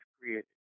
created